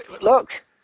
look